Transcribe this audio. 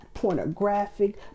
Pornographic